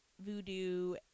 voodoo